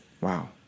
Wow